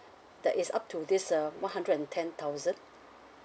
that is up to this uh one hundred and ten thousand